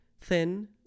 thin